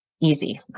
easy